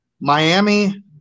Miami